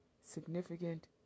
significant